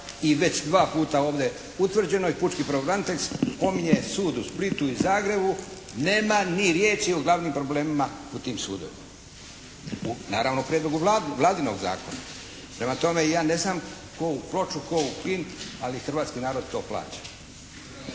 i već dva puta utvrđenoj, pučki pravobranitelj spominje sud u Splitu i Zagrebu, nema ni riječi o glavnim problemima u tim sudovima, naravno prijedlogu Vladinog zakona. Prema tome ja ne znam ko' u ploču, ko' u klin, ali hrvatski narod to plaća.